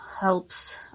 helps